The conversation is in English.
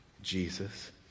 Jesus